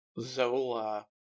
Zola